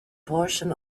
portion